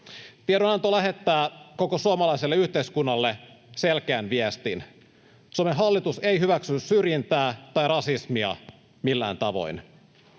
Tiedonanto lähettää koko suomalaiselle yhteiskunnalle selkeän viestin: Suomen hallitus ei hyväksy syrjintää tai rasismia millään tavoin.